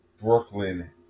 Brooklyn